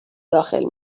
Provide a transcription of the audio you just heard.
داخل